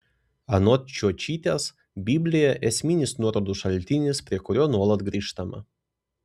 anot čiočytės biblija esminis nuorodų šaltinis prie kurio nuolat grįžtama